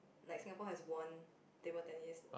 like Singapore has won table tennis